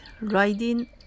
riding